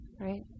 right